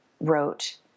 wrote